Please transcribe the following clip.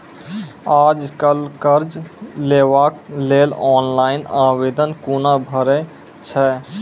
आज कल कर्ज लेवाक लेल ऑनलाइन आवेदन कूना भरै छै?